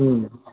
हूँ